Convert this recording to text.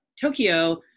Tokyo